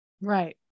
Right